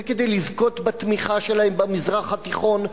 וכדי לזכות בתמיכה שלהם במזרח התיכון,